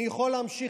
אני יכול להמשיך,